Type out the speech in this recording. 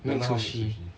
make sushi